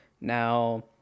now